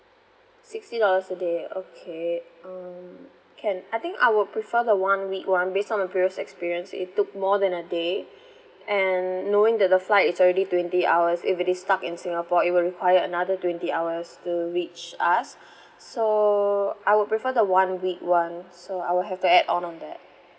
sixty dollars a day okay um can I think I will prefer the one week one based on the previous experience it took more than a day and knowing that the flight is already twenty hours if it is stuck in singapore it will require another twenty hours to reach us so I will prefer the one week one so I will have to add on on that